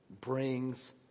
brings